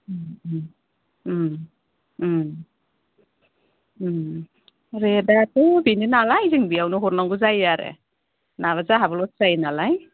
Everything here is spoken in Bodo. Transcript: रेटआथ' बेनोनालाय जों बेयावनो हरनांगौ जायो आरो नङाब्ला जाहाबो लस जायोनालाय